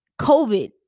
COVID